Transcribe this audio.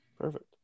perfect